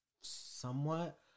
somewhat